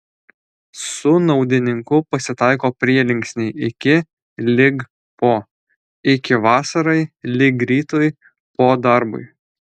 su naudininku pasitaiko prielinksniai iki lig po iki vasarai lig rytui po darbui